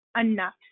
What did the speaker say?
enough